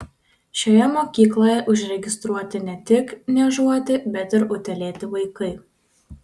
šioje mokykloje užregistruoti ne tik niežuoti bet ir utėlėti vaikai